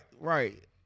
right